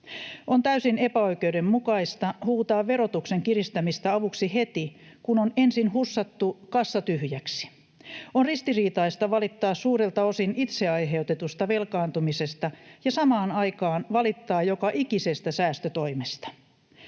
On täysin epäoikeudenmukaista huutaa verotuksen kiristämistä avuksi heti, kun on ensin hussattu kassa tyhjäksi. On ristiriitaista valittaa suurelta osin itse aiheutetusta velkaantumisesta ja samaan aikaan valittaa joka ikisestä säästötoimesta.